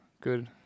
Good